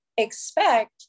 Expect